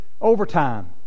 overtime